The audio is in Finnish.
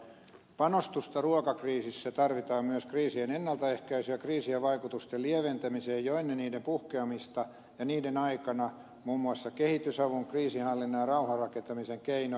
panostusta ruokakriisissä tarvitaan myös kriisien ennaltaehkäisyyn ja kriisien vaikutusten lieventämiseen jo ennen niiden puhkeamista ja niiden aikana muun muassa kehitysavun kriisinhallinnan ja rauhanrakentamisen keinoin